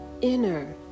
inner